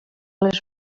les